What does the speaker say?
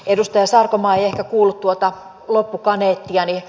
edustaja sarkomaa ei ehkä kuullut tuota loppukaneettiani